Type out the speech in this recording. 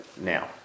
now